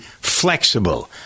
flexible